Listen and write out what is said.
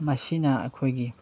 ꯃꯁꯤꯅ ꯑꯩꯈꯣꯏꯒꯤ